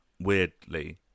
weirdly